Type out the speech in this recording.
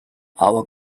our